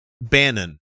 Bannon